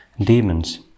demons